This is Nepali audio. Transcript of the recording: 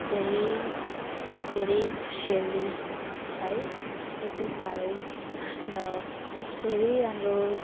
धेरै धेरै खुसियाली है यति साह्रो र धेरै राम्रो